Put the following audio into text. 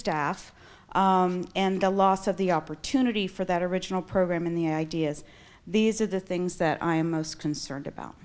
staff and the loss of the opportunity for that original programming the ideas these are the things that i'm most concerned about